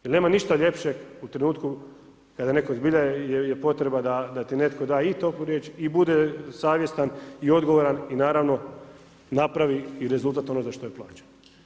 Jer nema ništa ljepše u trenutku kada je netko zbilja je potreba da ti netko da i toplu riječ i bude savjestan i odgovoran i naravno napravi rezultat onoga što je plaćen.